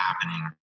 happening